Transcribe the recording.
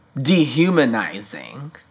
dehumanizing